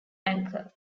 anchor